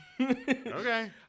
okay